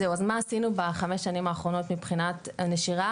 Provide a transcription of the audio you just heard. אז מה עשינו בחמש שנים האחרונות מבחינת הנשירה,